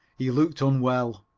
he looked unwell.